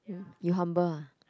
you humble ah